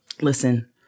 Listen